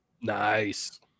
Nice